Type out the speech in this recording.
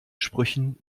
sprüchen